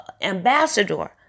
ambassador